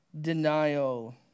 denial